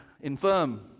infirm